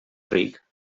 ric